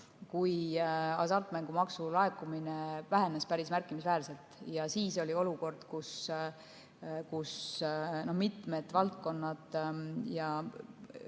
kui hasartmängumaksu laekumine vähenes päris märkimisväärselt. Siis oli olukord, kus mitmed valdkonnad ja